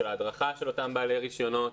של ההדרכה של אותם בעלי הרישיונות,